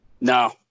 No